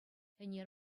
ӗнер